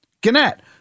Gannett